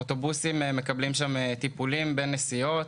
אוטובוסים מקבלים שם טיפולים בין נסיעות,